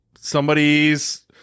Somebody's